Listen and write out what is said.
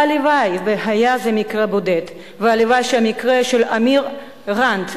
הלוואי שהיה זה מקרה בודד והלוואי שהמקרה של אמיר רנד,